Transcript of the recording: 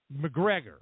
McGregor